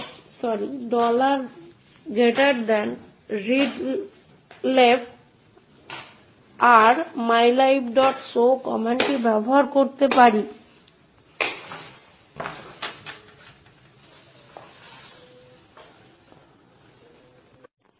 এবং তাই আরও বেশি ব্যবহারিক বাস্তবায়ন ক্ষমতা ব্যবহার করে বা অ্যাক্সেস কন্ট্রোল লিস্ট একটি ক্ষমতা ভিত্তিক সিস্টেমে আমাদের যা আছে তা হল আমাদের একজন ব্যবহারকারী আছে এবং আমাদের ব্যবহারকারীদের ক্ষমতা রয়েছে